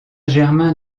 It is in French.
germain